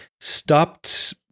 stopped